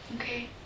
Okay